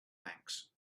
banks